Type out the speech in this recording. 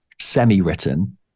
semi-written